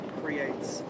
creates